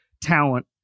talent